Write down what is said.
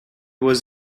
was